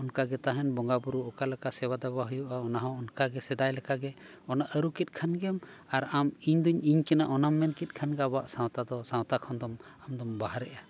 ᱚᱱᱠᱟ ᱜᱮ ᱛᱟᱦᱮᱱ ᱵᱚᱸᱜᱟᱼᱵᱩᱨᱩ ᱚᱠᱟ ᱞᱮᱠᱟ ᱥᱮᱵᱟ ᱫᱮᱵᱟ ᱦᱩᱭᱩᱜᱼᱟ ᱚᱱᱟ ᱦᱚᱸ ᱚᱱᱠᱟᱜᱮ ᱥᱮᱫᱟᱭ ᱞᱮᱠᱟᱜᱮ ᱚᱱᱟ ᱟᱹᱨᱩ ᱠᱮᱫ ᱠᱷᱟᱱ ᱜᱮᱢ ᱟᱨ ᱟᱢᱫᱚ ᱤᱧ ᱫᱩᱧ ᱤᱧ ᱠᱟᱱᱟ ᱚᱱᱟᱢ ᱢᱮᱱ ᱠᱮᱫ ᱠᱷᱟᱱ ᱜᱮ ᱟᱵᱚᱣᱟᱜ ᱥᱟᱶᱛᱟ ᱫᱚ ᱥᱟᱶᱛᱟ ᱠᱷᱚᱱ ᱫᱚᱢ ᱟᱢ ᱫᱚᱢ ᱵᱟᱨᱦᱮᱜᱼᱟ